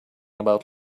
about